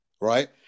right